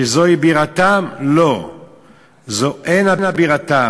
שזוהי בירתם, לא, זו אינה בירתם.